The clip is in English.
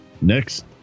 Next